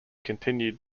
continued